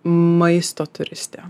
maisto turistė